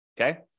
Okay